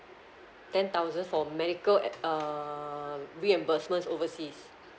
ten thousand for medical at err reimbursement overseas